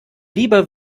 lieber